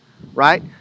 right